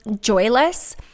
joyless